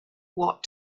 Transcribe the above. what